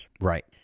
Right